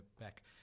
back